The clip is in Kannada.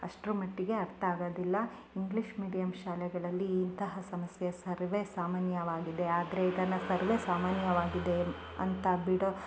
ಅಷ್ಟರ ಮಟ್ಟಿಗೆ ಅರ್ಥ ಆಗೋದಿಲ್ಲ ಇಂಗ್ಲೀಷ್ ಮೀಡಿಯಮ್ ಶಾಲೆಗಳಲ್ಲಿ ಇಂತಹ ಸಮಸ್ಯೆ ಸರ್ವೇ ಸಾಮಾನ್ಯವಾಗಿದೆ ಆದರೆ ಇದನ್ನು ಸರ್ವೇ ಸಾಮಾನ್ಯವಾಗಿದೆ ಅಂತ ಬಿಡೋ